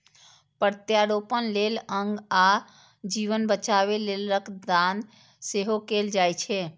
प्रत्यारोपण लेल अंग आ जीवन बचाबै लेल रक्त दान सेहो कैल जाइ छै